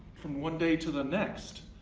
from one day to the next.